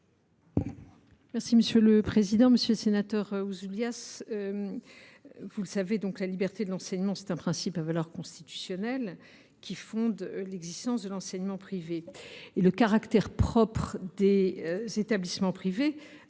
Monsieur le sénateur Pierre Ouzoulias, vous le savez, la liberté de l’enseignement est un principe à valeur constitutionnelle, qui fonde l’existence de l’enseignement privé. Le caractère propre des établissements privés,